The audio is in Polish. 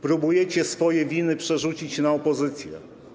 Próbujecie swoje winy przerzucić na opozycję.